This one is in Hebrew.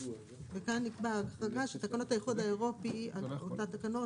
כאן נקבעה החרגה שתקנות האיחוד האירופי על פי אותן תקנות